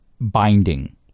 binding